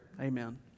amen